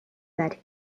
that